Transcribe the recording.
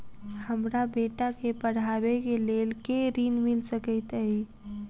हमरा बेटा केँ पढ़ाबै केँ लेल केँ ऋण मिल सकैत अई?